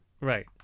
Right